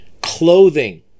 Clothing